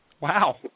Wow